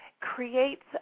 creates